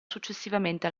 successivamente